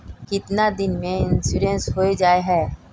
कीतना दिन में इंश्योरेंस होबे जाए है?